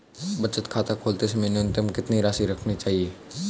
बचत खाता खोलते समय न्यूनतम कितनी राशि रखनी चाहिए?